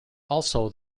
also